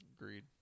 Agreed